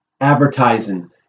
advertising